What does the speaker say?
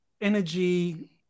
energy